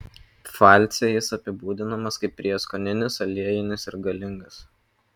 pfalce jis apibūdinamas kaip prieskoninis aliejinis ir galingas